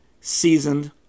seasoned